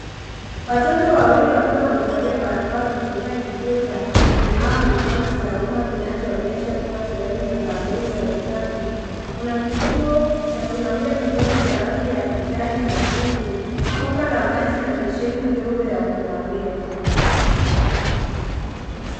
Watoto wawili wakiwa wamevalia barakoa wakitumia kituo cha kunawa mikono cha umma kinachoonyesha kuwa sehemu ya kampeni ya usafi, kuna kituo cha kunawia mikono cha rangi ya kijani na buluu, kina bomba la maji na besheni ndogo ya kunawia.